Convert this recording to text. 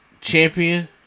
champion